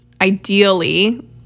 ideally